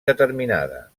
determinada